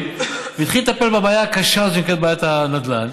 והתחיל לטפל בבעיה הקשה שנקראת בעיית הנדל"ן.